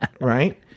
Right